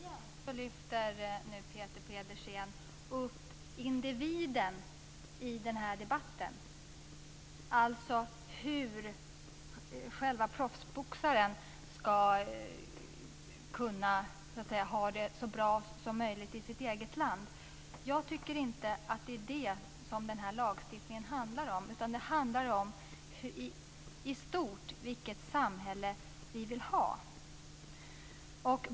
Fru talman! Återigen lyfter Peter Pedersen upp individen i den här debatten, alltså hur proffsboxaren själv ska kunna ha det så bra som möjligt i sitt eget land. Jag tycker inte att det är det som lagstiftningen handlar om. Den handlar i stort om vilket samhälle vi vill ha.